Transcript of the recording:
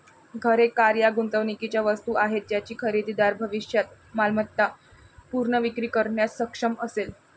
घरे, कार या गुंतवणुकीच्या वस्तू आहेत ज्याची खरेदीदार भविष्यात मालमत्ता पुनर्विक्री करण्यास सक्षम असेल